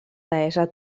deessa